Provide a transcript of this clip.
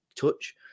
touch